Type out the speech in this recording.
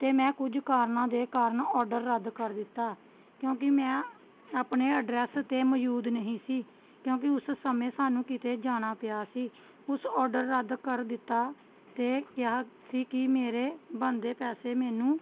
ਅਤੇ ਮੈਂ ਕੁਝ ਕਾਰਨਾਂ ਦੇ ਕਾਰਨ ਔਡਰ ਰੱਦ ਕਰ ਦਿੱਤਾ ਕਿਉਂਕਿ ਮੈਂ ਆਪਣੇ ਐਡਰੈਸ 'ਤੇ ਮੌਜੂਦ ਨਹੀਂ ਸੀ ਕਿਉਂਕਿ ਉਸ ਸਮੇਂ ਸਾਨੂੰ ਕਿਤੇ ਜਾਣਾ ਪਿਆ ਸੀ ਉਸ ਔਡਰ ਰੱਦ ਕਰ ਦਿੱਤਾ ਅਤੇ ਕਿਹਾ ਸੀ ਕਿ ਮੇਰੇ ਬਣਦੇ ਪੈਸੇ ਮੈਨੂੰ